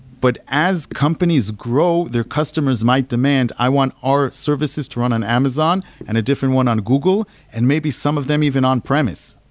but as companies grow, their customers might demand, i want our services to run on amazon and a different one on google and maybe some of them even on premise.